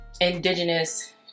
indigenous